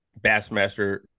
Bassmaster